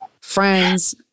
friends